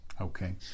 Okay